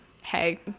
hey